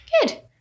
Good